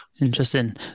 Interesting